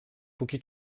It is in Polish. póki